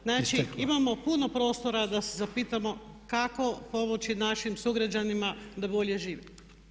Znači imamo puno prostora da se zapitamo kako povući našim sugrađanima da bolje žive.